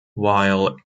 while